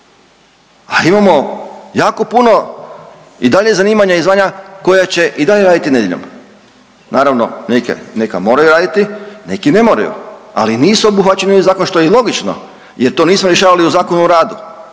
A imamo jako puno i dalje zanimanja i zvanja koja će i dalje raditi nedjeljom. Naravno neki, neki moraju raditi, neki ne moraju, ali nisu obuhvaćeni ovih zakonom što je i logično jer to nismo rješavali u Zakonu o radu,